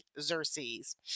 Xerxes